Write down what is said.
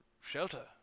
shelter